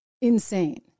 insane